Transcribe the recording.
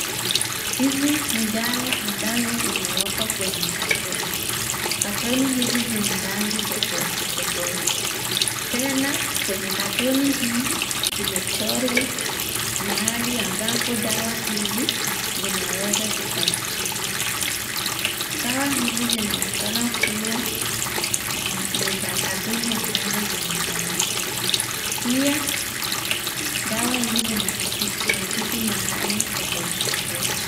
Hizi ni dawa ambazo zimewekwa kwenye katoni. Katoni hizi zina rangi tofauti tofauti. Tena kwenye katoni hii imechorwa mahali ambapo dawa hizi zinaweza zikatibu. Dawa hizi zinaonekana kuwa ni za katoni ambazo zinafanana. Pia dawa hizi zinatibu mahali tofauti tofauti.